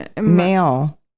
Male